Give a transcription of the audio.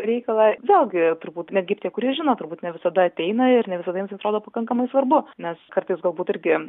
reikalą vėlgi turbūt netgi tie kurie žino turbūt ne visada ateina ir ne visada jiems atrodo pakankamai svarbu nes kartais galbūt irgi